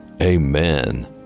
Amen